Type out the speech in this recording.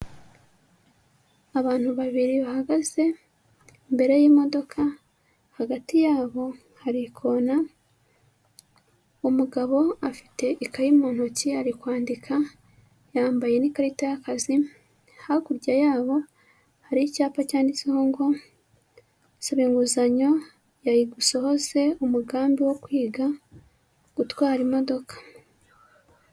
Abantu babiri bahagaze imbere y'imodoka, hagati yabo hari ikona, umugabo afite ikayi mu ntoki ari kwandika yambaye n'ikarita y'akazi, hakurya yabo hari icyapa cyanditseho ngo ''saba inguzanyo ya IGA usohoze umugambi wo kwiga gutwara imodoka.''